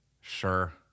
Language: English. Sure